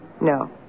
No